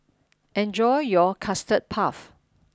enjoy your Custard puff